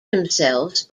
themselves